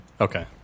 Okay